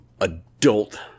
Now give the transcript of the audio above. adult